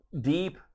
deep